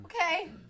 Okay